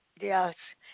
Yes